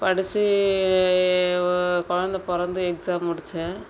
படித்து ஒ கொழந்தை பிறந்து எக்ஸாம் முடித்தேன்